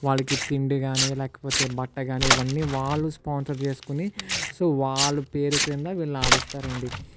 వాళ్ళకి తిండి కానీ లేకపోతే బట్ట కానీ ఇవన్నీ వాళ్ళు స్పాన్సర్ చేసుకోని సో వాళ్ళు పేరు కింద వీళ్ళను ఆడిస్తారు అండి